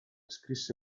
scrisse